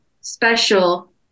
special